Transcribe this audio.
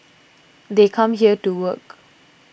they come here to work